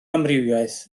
amrywiaeth